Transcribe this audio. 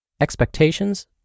Expectations